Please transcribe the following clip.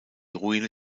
ruine